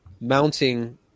mounting